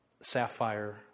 sapphire